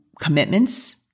commitments